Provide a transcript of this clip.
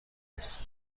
است